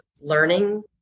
learning